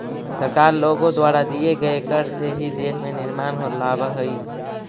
सरकार लोगों द्वारा दिए गए कर से ही देश में निर्माण लावअ हई